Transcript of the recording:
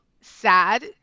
sad